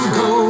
go